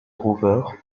rouveure